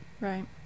Right